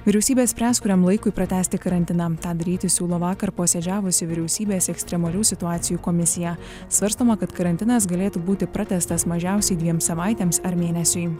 vyriausybė spręs kuriam laikui pratęsti karantiną tą daryti siūlo vakar posėdžiavusi vyriausybės ekstremalių situacijų komisija svarstoma kad karantinas galėtų būti pratęstas mažiausiai dviem savaitėms ar mėnesiui